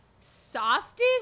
softest